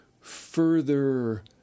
further